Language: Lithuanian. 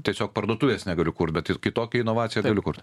tiesiog parduotuvės negaliu kurt bet kitokią inovaciją galiu kurt